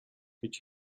гэж